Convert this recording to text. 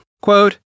quote